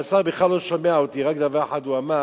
והשר בכלל לא שומע אותי, רק דבר אחד הוא אמר: